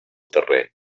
terreny